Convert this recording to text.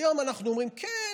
היום אנחנו אומרים: כן,